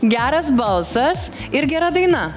geras balsas ir gera daina